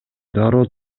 дароо